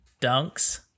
Dunks